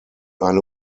eine